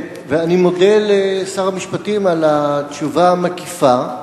אני מודה לשר המשפטים על התשובה המקיפה,